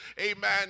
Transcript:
amen